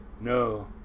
No